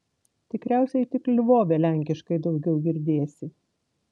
tikriausiai tik lvove lenkiškai daugiau girdėsi